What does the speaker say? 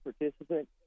participant